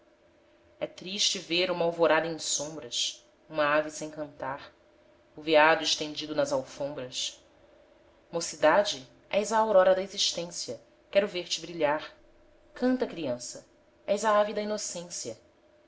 é triste ver uma alvorada em sombras uma ave sem cantar o veado estendido nas alfombras mocidade és a aurora da existência quero ver-te brilhar canta criança és a ave da inocência